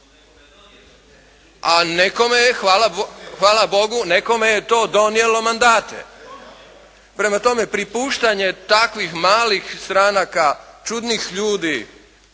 A nekome je hvala Bogu, nekome je to donijelo mandate. Prema tome pripuštanje takvih malih stranaka čudnih ljudi,